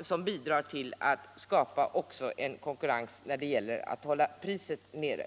som bidrar till att också skapa en konkurrens när det gäller — skolväsendet m.m. att hålla priserna nere.